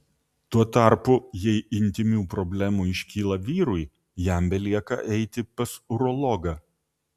tuo tarpu jei intymių problemų iškyla vyrui jam belieka eiti pas urologą